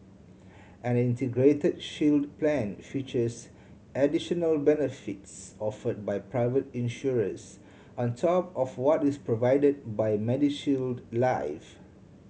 an Integrated Shield Plan features additional benefits offered by private insurers on top of what is provided by MediShield Life